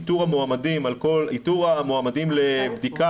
איתור המועמדים לבדיקה,